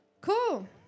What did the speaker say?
Cool